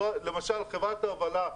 למשל חברת ההובלה,